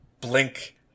blink